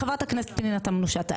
חברת הכנסת פנינה תמנו שטה,